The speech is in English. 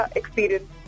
experience